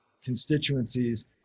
constituencies